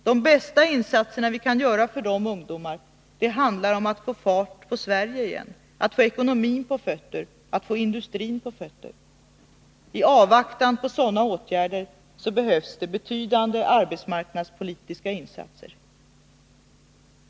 De bästa insatser som vi kan göra för dessa ungdomar handlar om att få fart på Sverige igen, att få ekonomin på fötter och att få industrin på fötter. I avvaktan på sådana åtgärder behövs det betydande arbetsmarknadspolitiska insatser.